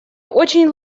очень